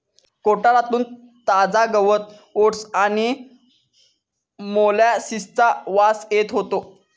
कोठारातून ताजा गवत ओट्स आणि मोलॅसिसचा वास येत होतो